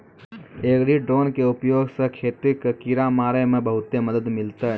agri drone के उपयोग स खेत कॅ किड़ा मारे मॅ बहुते मदद मिलतै